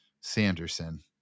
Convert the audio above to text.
Sanderson